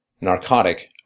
narcotic